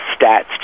stats